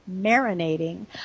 marinating